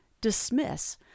dismiss